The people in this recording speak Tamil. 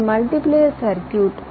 இது மல்டிபிளேயர் சர்க்யூட்